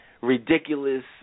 ridiculous